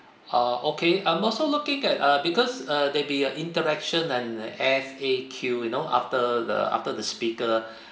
ah okay I'm also looking at uh because uh there'll be a interaction and F_A_Q you know after the after the speaker